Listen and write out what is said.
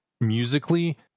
musically